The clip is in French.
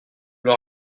leur